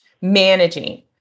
managing